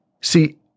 See